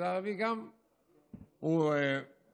גם במגזר הערבי,